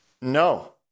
No